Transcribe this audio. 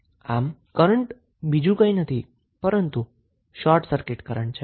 આમ કરન્ટ બીજું કઈં નથી પરંતુ શોર્ટ સર્કીટ કરન્ટ છે